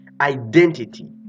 identity